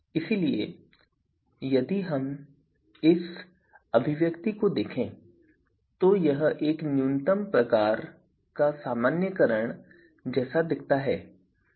इसलिए यदि हम इस अभिव्यक्ति को देखें तो यह एक न्यूनतम प्रकार का सामान्यीकरण जैसा दिखता है